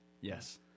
Yes